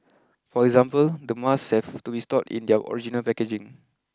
for example the masks have to be stored in their original packaging